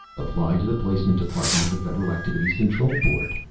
apply to the placement department of the federal activities control board,